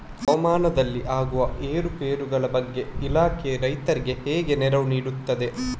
ಹವಾಮಾನದಲ್ಲಿ ಆಗುವ ಏರುಪೇರುಗಳ ಬಗ್ಗೆ ಇಲಾಖೆ ರೈತರಿಗೆ ಹೇಗೆ ನೆರವು ನೀಡ್ತದೆ?